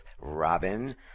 robin